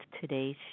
today's